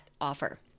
offer